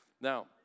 Now